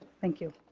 thank you.